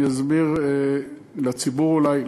אני אסביר לציבור אולי,